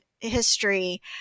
history